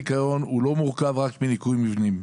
לא מורכב רק מניקיון מבנים.